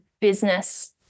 business